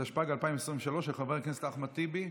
התשפ"ג 2023, של חבר הכנסת אחמד טיבי.